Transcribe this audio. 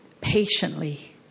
patiently